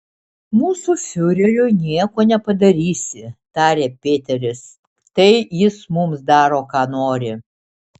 mūsų fiureriui nieko nepadarysi tarė peteris tai jis mums daro ką nori